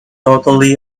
totally